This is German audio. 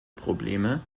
probleme